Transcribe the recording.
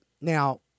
Now